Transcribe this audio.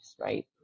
right